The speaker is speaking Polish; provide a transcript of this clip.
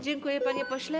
Dziękuję, panie pośle.